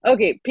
Okay